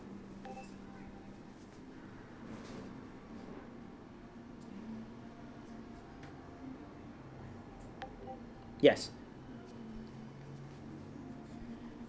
yes